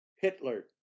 Hitler